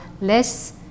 less